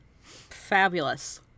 Fabulous